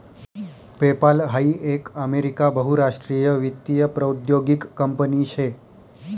PayPal हाई एक America बहुराष्ट्रीय वित्तीय प्रौद्योगीक कंपनी शे